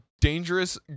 dangerous